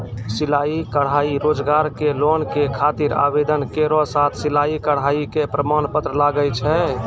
सिलाई कढ़ाई रोजगार के लोन के खातिर आवेदन केरो साथ सिलाई कढ़ाई के प्रमाण पत्र लागै छै?